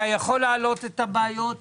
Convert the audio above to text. אתה יכול להעלות את הבעיות בבקשה?